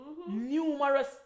numerous